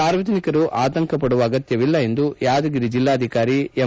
ಸಾರ್ವಜನಿಕರು ಆತಂಕಪಡುವ ಅಗತ್ಯವಿಲ್ಲ ಎಂದು ಯಾದಗಿರಿ ಜಿಲ್ಲಾಧಿಕಾರಿ ಎಂ